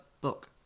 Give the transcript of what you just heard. book